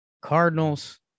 Cardinals